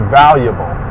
valuable